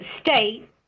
state